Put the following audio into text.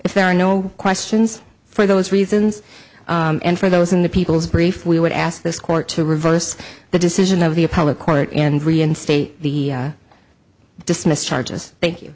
if there are no questions for those reasons and for those in the people's brief we would ask this court to reverse the decision of the appellate court and reinstate the dismiss charges thank you